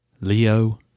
Leo